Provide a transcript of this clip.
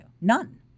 none